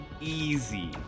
Easy